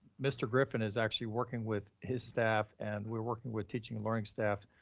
mr. griffin is actually working with his staff and we're working with teaching and learning staff.